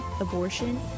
abortion